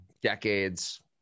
decades